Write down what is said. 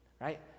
right